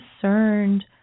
concerned